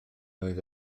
oedd